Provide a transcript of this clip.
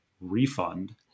refund